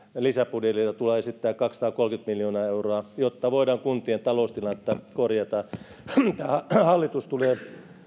lisäbudjetilla tullaan esittämään kaksisataakolmekymmentä miljoonaa euroa jotta voidaan kuntien taloustilannetta korjata tämä hallitus tulee